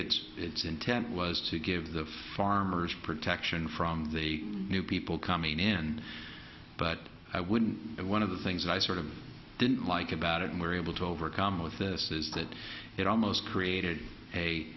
it's its intent was to give the farmers protection from the new people coming in but i wouldn't and one of the things i sort of didn't like about it and were able to overcome with this is that it almost created a